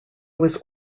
was